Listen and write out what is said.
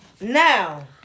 Now